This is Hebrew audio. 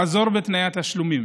לעזור בתנאי התשלומים.